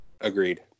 Agreed